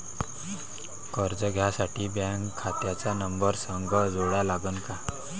कर्ज घ्यासाठी बँक खात्याचा नंबर संग जोडा लागन का?